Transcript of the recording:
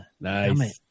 Nice